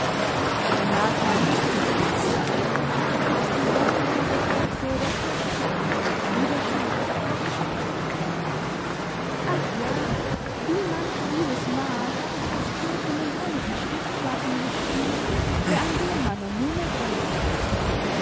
renata nickt mit einem lächeln das die goldigen reflexe der kindheitserinnerungen widerspiegelt ach ja wie manch liebes mal hab ich als kind in dem herrlichen stiftsgarten gespielt der an den meiner muhme grenzte